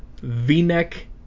V-neck